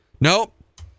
nope